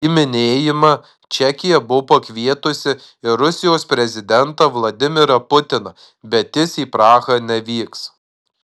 į minėjimą čekija buvo pakvietusi ir rusijos prezidentą vladimirą putiną bet jis į prahą nevyks